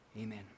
Amen